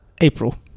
April